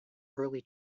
early